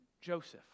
Joseph